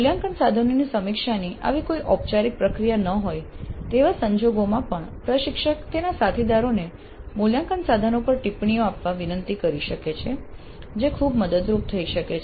મૂલ્યાંકન સાધનોની સમીક્ષાની આવી કોઈ ઔપચારિક પ્રક્રિયા ન હોય તેવા સંજોગોમાં પણ પ્રશિક્ષક તેના સાથીદારોને મૂલ્યાંકન સાધનો પર ટિપ્પણીઓ આપવા વિનંતી કરી શકે છે જે ખૂબ મદદરૂપ થઈ શકે છે